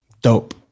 Dope